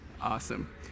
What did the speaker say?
Awesome